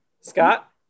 Scott